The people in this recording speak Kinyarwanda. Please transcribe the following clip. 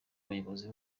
bayobozi